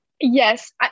yes